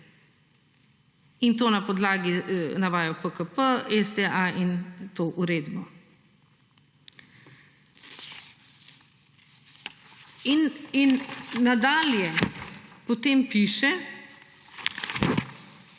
In to na podlagi navaja v PKP STA in to uredbo. In nadalje potem piše.